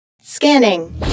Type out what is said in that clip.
Scanning